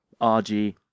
RG